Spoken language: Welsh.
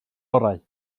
orau